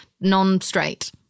non-straight